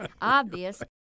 obvious